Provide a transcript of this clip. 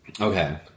Okay